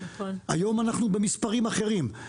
היום אנחנו במספרים אחרים.